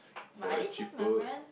for like cheaper